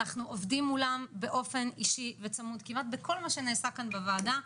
אנחנו עובדים מולם באופן אישי וצמוד כמעט בכל מה שנעשה כאן בוועדה,